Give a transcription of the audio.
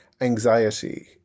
anxiety